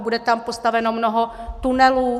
Bude tam postaveno mnoho tunelů.